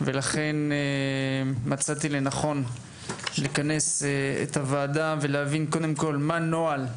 ולכן מצאתי לנכון לכנס את הוועדה ולהבין קודם כל מה הנוהל.